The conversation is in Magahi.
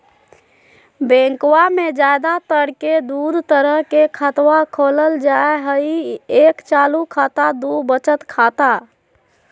बैंकवा मे ज्यादा तर के दूध तरह के खातवा खोलल जाय हई एक चालू खाता दू वचत खाता